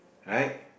right